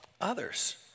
others